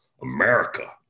America